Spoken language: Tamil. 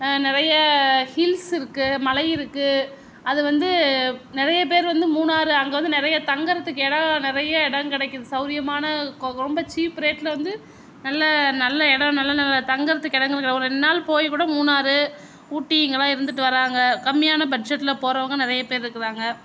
நிறையா ஹில்ஸ் இருக்குது மலை இருக்குது அது வந்து நிறைய பேர் வந்து மூணாரு அங்கே வந்து நிறைய தங்குறதுக்கு இடம் நிறைய இடம் கிடைக்குது சௌகரியமான ரொம்ப சீப் ரேட்டில் வந்து நல்ல நல்ல இடம் நல்ல நல்ல தங்குறதுக்கு இடங்கள் ஒரு ரெண்டு நாள் போய் கூட மூணாரு ஊட்டி இங்கேலாம் இருந்துட்டு வராங்க கம்மியான பட்ஜெட்டில் போகிறவங்க நிறைய பேர் இருக்கிறாங்க